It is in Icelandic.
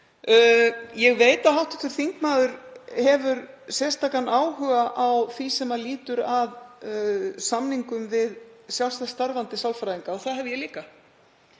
Ég veit að hv. þingmaður hefur sérstakan áhuga á því sem lýtur að samningum við sjálfstætt starfandi sálfræðinga og það hef ég líka.